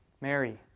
Mary